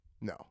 no